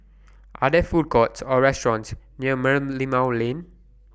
Are There Food Courts Or restaurants near Merlimau Lane